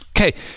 okay